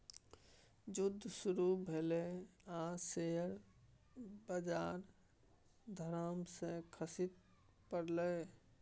जुद्ध शुरू भेलै आ शेयर बजार धड़ाम सँ खसि पड़लै